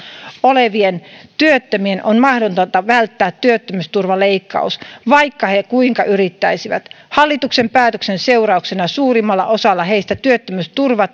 olevien työttömien on mahdotonta välttää työttömyysturvaleikkaus vaikka he kuinka yrittäisivät hallituksen päätöksen seurauksena suurimmalla osalla heistä työttömyysturva